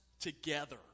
together